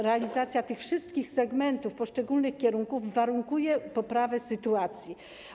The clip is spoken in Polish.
Realizacja tych wszystkich segmentów poszczególnych kierunków warunkuje poprawę sytuacji.